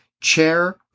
Chair